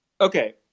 Okay